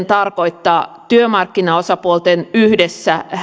tarkoittaa työmarkkinaosapuolten yhdessä